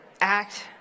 act